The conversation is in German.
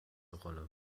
rolle